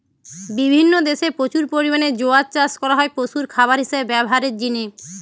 বিভিন্ন দেশে প্রচুর পরিমাণে জোয়ার চাষ করা হয় পশুর খাবার হিসাবে ব্যভারের জিনে